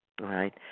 right